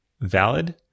valid